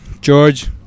George